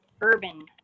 urban